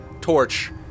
torch